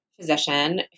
physician